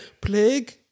Plague